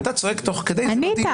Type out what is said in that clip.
ואתה צועק תוך כדי --- ענית.